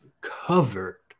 covered